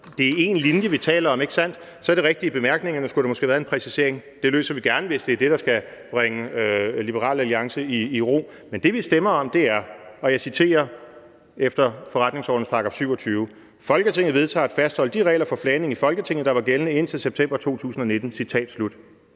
det er én linje, vi taler om, ikke sandt? Så er det rigtigt, at der i bemærkningerne måske skulle have været en præcisering. Det løser vi gerne, hvis det er det, der skal bringe Liberal Alliance i ro. Men det, vi stemmer om, er – og jeg citerer i henhold til forretningsordenens § 27: »Folketinget vedtager at fastholde de regler for flagning i Folketinget, der var gældende indtil september 2019.« Det